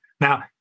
Now